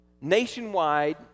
nationwide